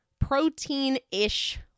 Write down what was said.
protein-ish